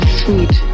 sweet